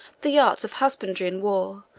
the arts of husbandry and war,